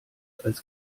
als